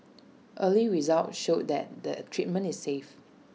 early results show that the treatment is safe